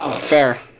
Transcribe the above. fair